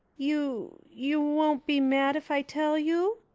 you you won't be mad if i tell you?